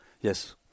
Yes